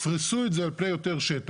יפרסו את זה על פני יותר שטח,